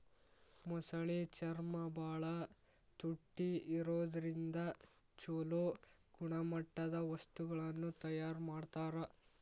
ಮೊಸಳೆ ಚರ್ಮ ಬಾಳ ತುಟ್ಟಿ ಇರೋದ್ರಿಂದ ಚೊಲೋ ಗುಣಮಟ್ಟದ ವಸ್ತುಗಳನ್ನ ತಯಾರ್ ಮಾಡ್ತಾರ